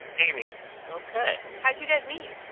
amy ok how'd you guys meet?